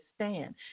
understand